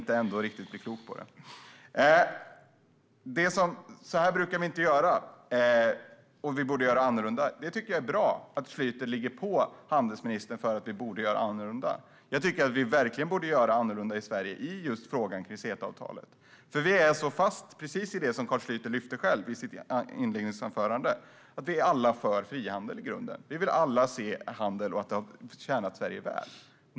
Så här brukar vi inte göra, och vi borde göra annorlunda. Jag tycker att det är bra att Schlyter ligger på handelsministern om att vi borde göra annorlunda. Jag tycker verkligen att vi borde göra annorlunda i Sverige just i frågan om CETA-avtalet. Vi är så fast i det som Carl Schlyter själv lyfte upp i sitt inledningsanförande: Vi är alla i grunden för frihandel. Vi vill alla se handel; det har tjänat Sverige väl.